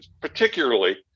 particularly